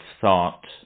thought